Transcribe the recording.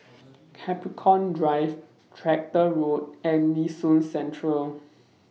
Capricorn Drive Tractor Road and Nee Soon Central